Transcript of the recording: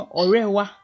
orewa